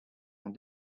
ont